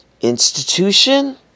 institution